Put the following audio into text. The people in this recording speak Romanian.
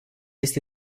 este